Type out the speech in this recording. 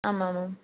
ஆமாம் மேம்